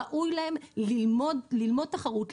ראוי להם ללמוד תחרות,